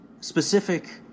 Specific